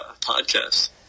podcast